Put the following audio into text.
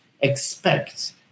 expect